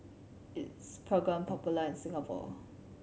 is Pregain popular in Singapore